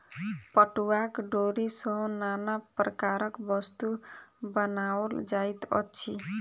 पटुआक डोरी सॅ नाना प्रकारक वस्तु बनाओल जाइत अछि